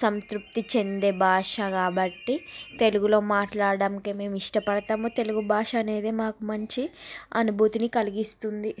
సంతృప్తి చెందే భాష కాబట్టి తెలుగులో మాట్లాడడానికే మేము ఇష్టపడుతాము తెలుగు భాష అనేది మాకు మంచి అనుభూతిని కలిగిస్తుంది